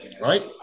Right